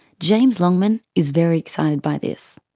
james longman is very excited by this.